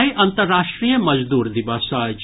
आई अन्तर्राष्ट्रीय मजदूर दिवस अछि